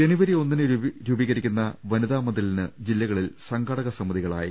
ജനുവരി ഒന്നിന് രൂപീകരിക്കുന്ന വനിതാ മൃതിലിന് ജില്ലകളിൽ സംഘാടക സമിതികളായി